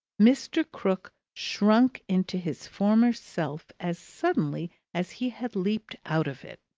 mr. krook shrunk into his former self as suddenly as he had leaped out of it.